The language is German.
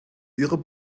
ihrer